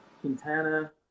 Quintana